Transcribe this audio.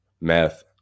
meth